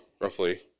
roughly